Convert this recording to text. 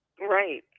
Right